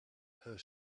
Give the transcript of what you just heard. her